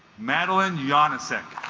madeleine jana sent